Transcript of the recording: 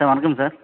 sir வணக்கம் sir